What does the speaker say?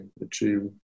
achieve